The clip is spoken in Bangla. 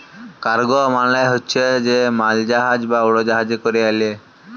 কার্গ মালে হছে যে মালজাহাজ বা উড়জাহাজে ক্যরে আলে